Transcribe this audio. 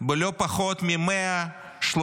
בלא פחות מ-134%.